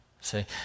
See